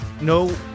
no